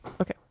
Okay